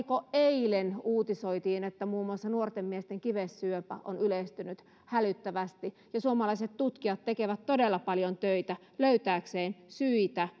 oliko eilen uutisoitiin että muun muassa nuorten miesten kivessyöpä on yleistynyt hälyttävästi ja suomalaiset tutkijat tekevät todella paljon töitä löytääkseen syitä